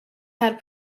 had